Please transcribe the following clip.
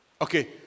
Okay